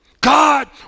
God